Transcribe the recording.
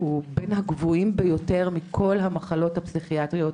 בין הגבוהים ביותר מכל המחלות הפסיכיאטריות